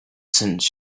since